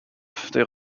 they